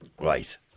Right